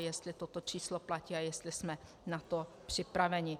Jestli toto číslo platí a jestli jsme na to připraveni.